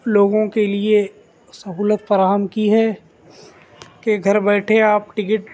لوگوں کے لیے سہولت فراہم کی ہے کہ گھر بیٹھے آپ ٹکٹ